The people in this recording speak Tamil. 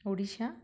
ஒடிஷா